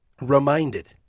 reminded